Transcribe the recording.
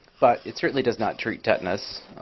but it certainly does not treat tetanus